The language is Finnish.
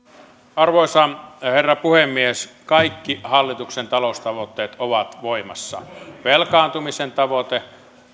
arvoisa herra puhemies kaikki hallituksen taloustavoitteet ovat voimassa velkaantumisen tavoite